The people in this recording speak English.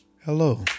Hello